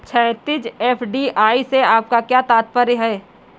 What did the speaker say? क्षैतिज, एफ.डी.आई से आपका क्या तात्पर्य है?